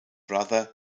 brother